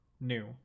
new